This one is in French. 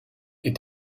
est